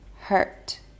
hurt